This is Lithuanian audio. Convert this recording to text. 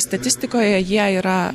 statistikoje jie yra